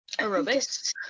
Aerobics